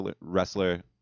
wrestler